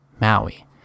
Maui